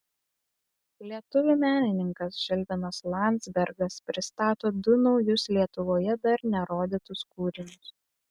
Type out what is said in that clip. lietuvių menininkas žilvinas landzbergas pristato du naujus lietuvoje dar nerodytus kūrinius